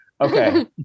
Okay